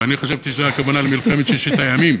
ואני חשבתי שהכוונה למלחמת ששת הימים.